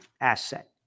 asset